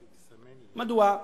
מדוע?